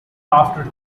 after